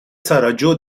ساراجوو